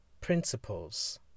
principles